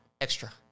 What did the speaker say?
Extra